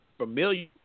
familiar